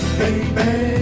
baby